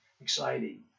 exciting